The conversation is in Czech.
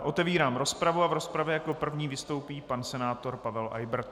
Otevírám rozpravu a v rozpravě jako první vystoupí pan senátor Pavel Eybert.